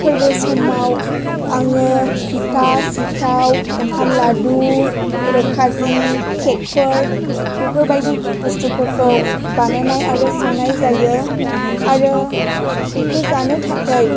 फोरबो समाव आङो फिथा सिथाव ओंखाम लादु बेदर खाजि केकफोर बेफोरबायदि बुस्तुफोरखौ बानायनाय आरो संनाय जायो आरो बेखौ जानो थाखाय